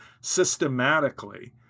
systematically